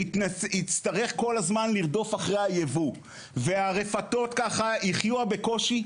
יצטרך כל הזמן לרדוף אחרי היבוא והרפתות יחיו בקושי,